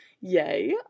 Yay